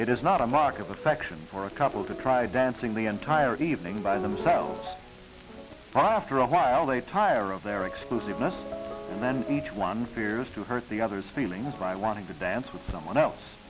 it is not a mark of affection for a couple to try dancing the entire evening by themselves after a while they tire of their exclusiveness and then each one fears to hurt the other's feelings by wanting to dance with someone else